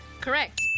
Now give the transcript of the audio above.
Correct